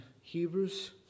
Hebrews